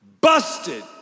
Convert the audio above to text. Busted